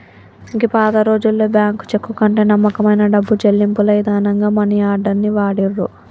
గీ పాతరోజుల్లో bank cheque కంటే నమ్మకమైన డబ్బు చెల్లింపుల ఇదానంగా మనీ ఆర్డర్ ని వాడిర్రు